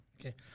okay